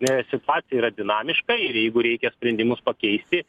e situacija yra dinamiška ir jeigu reikia sprendimus pakeisti